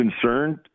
concerned